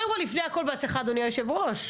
לפני הכול, בהצלחה, אדוני היושב-ראש.